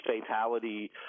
fatality